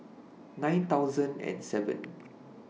nine thousand and seven